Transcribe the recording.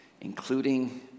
including